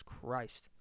Christ